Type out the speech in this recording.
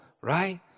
right